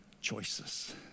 Choices